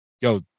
yo